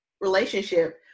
relationship